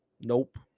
nope